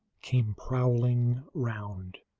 came prowling round.